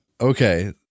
Okay